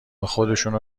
خودشونو